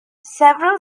several